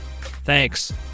thanks